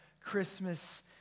Christmas